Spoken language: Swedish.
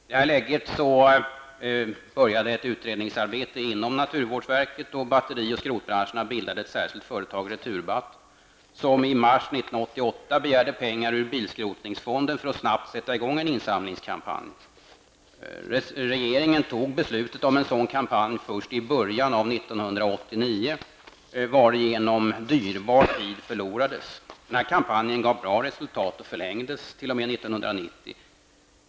I det här läget började ett utredningsarbete inom naturvårdsverket, och batteri och skrotbranscherna bildade ett särskilt företag, Returbatt, som i mars 1988 begärde pengar ur bilskrotningsfonden för att snabbt sätta igång en insamlingskampanj. Regeringen fattade beslutet om en sådan kampanj först i början av 1989, varigenom dyrbar tid förlorades. Den kampanjen gav bra resultat och förlängdes t.o.m. 1990.